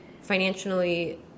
financially